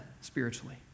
spiritually